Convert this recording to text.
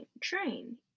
train